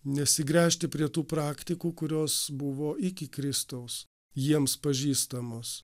nesigręžti prie tų praktikų kurios buvo iki kristaus jiems pažįstamos